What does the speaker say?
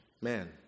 man